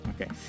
Okay